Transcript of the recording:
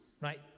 right